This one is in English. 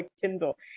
Kindle